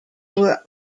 were